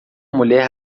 mulher